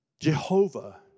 Jehovah